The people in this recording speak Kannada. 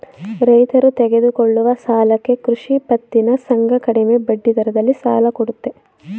ರೈತರು ತೆಗೆದುಕೊಳ್ಳುವ ಸಾಲಕ್ಕೆ ಕೃಷಿ ಪತ್ತಿನ ಸಂಘ ಕಡಿಮೆ ಬಡ್ಡಿದರದಲ್ಲಿ ಸಾಲ ಕೊಡುತ್ತೆ